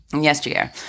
Yesterday